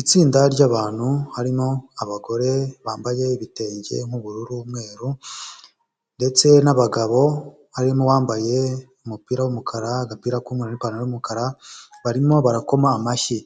Itsinda ry'abantu harimo abagore bambaye ibitenge by'ubururu, umweruru ndetse n'abagabo harimo uwambaye umupira w'umukara, agapira n'ipantaro yumukara barimo barakoma amashyi